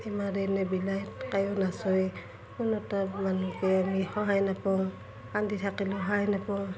কোনোৱে নাচায় কোনো এটা মানুহকে আমি সহায় নাপাওঁ কান্দি থাকিলেও সহায় নাপাওঁ